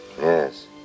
Yes